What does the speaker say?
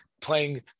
playing